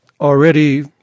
already